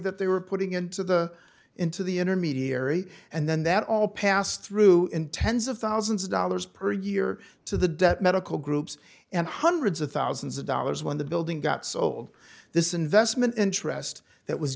that they were putting into the into the intermediary and then that all passed through in tens of thousands of dollars per year to the death medical groups and hundreds of thousands of dollars when the building got sold this investment interest that was